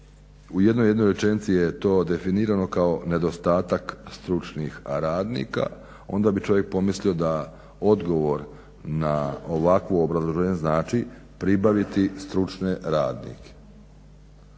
u jednoj jedinoj rečenici je to definirano kao nedostatak stručnih radnika onda bi čovjek pomislio da odgovor na ovakvo obrazloženje znači pribaviti stručne radnike.